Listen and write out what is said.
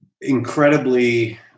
incredibly